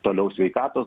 toliau sveikatos